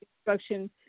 instruction